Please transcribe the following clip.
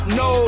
no